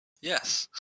Yes